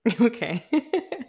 Okay